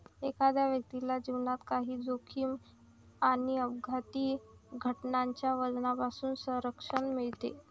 एखाद्या व्यक्तीला जीवनात काही जोखीम आणि अपघाती घटनांच्या वजनापासून संरक्षण मिळते